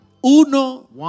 Uno